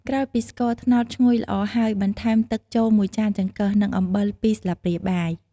ក្រោយពីស្ករត្នោតឈ្ងុយល្អហើយ បន្ថែមទឹកចូល ១ចាន ចង្កឹះ និងអំបិល ២ស្លាបព្រាបាយ។